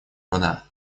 вода